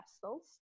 castles